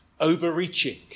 overreaching